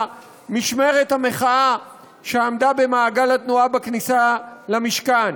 במשמרת המחאה שעמדה במעגל התנועה בכניסה למשכן: